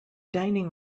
dining